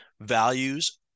values